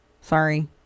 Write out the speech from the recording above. Sorry